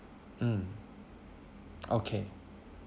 mm okay